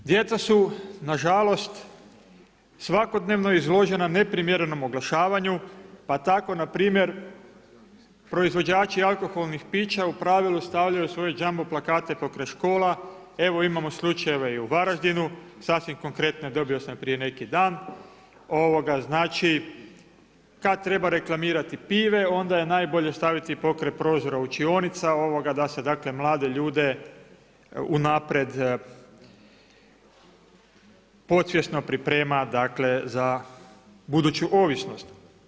Djeca su nažalost svakodnevno izložena neprimjerenom oglašavanju pa tako npr. proizvođači alkoholnih pića u pravilu stavljaju svoje jumbo plakate pokraj škola, evo imamo slučajeve i u Varaždinu, sasvim konkretne dobio sam prije neki dan, znači kad treba reklamirati pive, onda je najbolje staviti pokraj prozora učionica da se mlade ljude unaprijed podsvjesno priprema za buduću ovisnost.